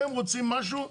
הם רוצים משהו,